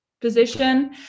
position